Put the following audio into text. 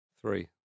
Three